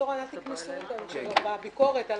הישיבה ננעלה בשעה 11:45.